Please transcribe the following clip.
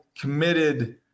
committed –